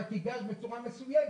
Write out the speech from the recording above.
רק ייגש בצורה מסויגת,